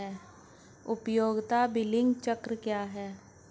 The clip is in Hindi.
उपयोगिता बिलिंग चक्र क्या है?